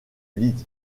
leeds